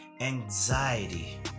anxiety